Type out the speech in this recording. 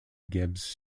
gibbs